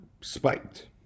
spiked